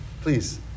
Please